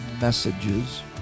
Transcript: messages